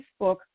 Facebook